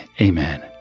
Amen